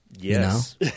Yes